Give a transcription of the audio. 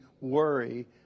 worry